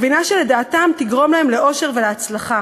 הגבינה שלדעתם תגרום להם לאושר ולהצלחה.